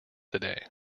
today